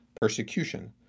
persecution